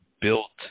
built